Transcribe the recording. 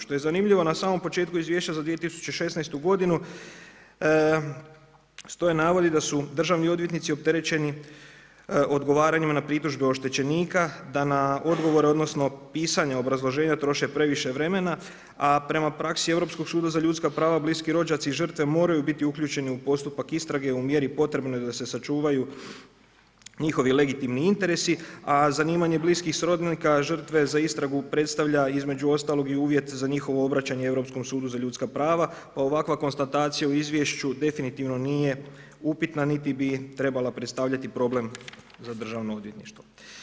Što je zanimljivo, na samom početku izvješća za 2016. godinu stoje navodi da su državni odvjetnici opterećeni odgovaranjima na pritužbe oštećenika da na odgovore, odnosno pisanja obrazloženja troše previše vremena, a prema praksi Europskog suda za ljudska prava, bliski rođaci i žrtve moraju biti uključeni u postupak istrage u mjeri potrebnoj da se sačuvaju njihovi legitimni interesi, a zanimanje bliskih srodnika žrtve za istragu predstavlja između ostalog i uvjet za njihovo obraćanje Europskom sudu za ljudska prava pa ovakva konstatacija u izvješću definitivno nije upitna, niti bi trebala predstavljati problem za državno odvjetništvo.